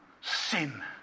sin